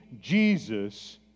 Jesus